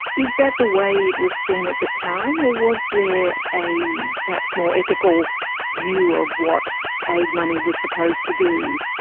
is that the way it was seen at the time, or was there a perhaps more ethical view of what aid money was supposed to do?